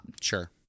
Sure